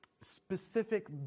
specific